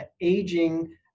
Aging